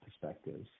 perspectives